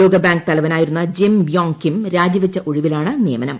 ലോകബാങ്ക് തലവനായിരുന്ന Jim Yong Kim രാജിവച്ച ഒഴിവിലാണ് നിയമനം